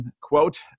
quote